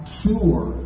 cure